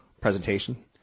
presentation